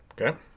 Okay